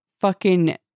fucking-